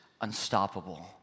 unstoppable